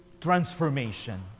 transformation